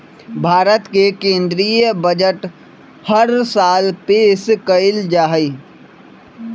भारत के केन्द्रीय बजट हर साल पेश कइल जाहई